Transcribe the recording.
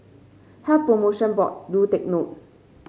Health Promotion Board do take note